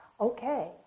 Okay